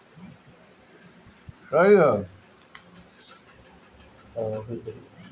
साधारण बियाज में कम बियाज देवे के पड़त हवे